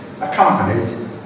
accompanied